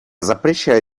запрещаю